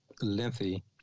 lengthy